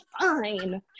fine